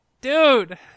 Dude